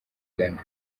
ghana